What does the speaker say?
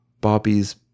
bobby's